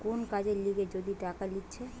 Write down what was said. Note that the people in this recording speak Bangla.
কোন কাজের লিগে যদি টাকা লিছে